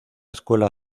escuela